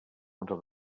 unter